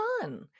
fun